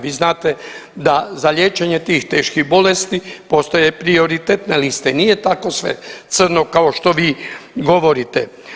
Vi znate da za liječenje tih teških bolesti postoje prioritetne liste, nije tako sve crno kao što vi govorite.